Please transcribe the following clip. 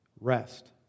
Rest